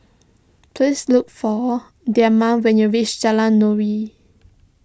please look for Dema when you reach Jalan Nuri